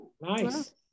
Nice